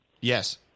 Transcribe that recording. Yes